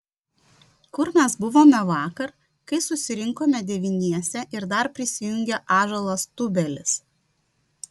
kur mes buvome vakar kai susirinkome devyniese ir dar prisijungė ąžuolas tubelis